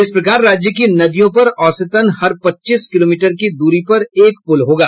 इस प्रकार राज्य की नदियों पर औसतन हर पच्चीस किलोमीटर की दूरी पर एक पुल होगा